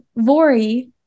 Vori